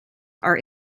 are